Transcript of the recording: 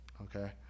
Okay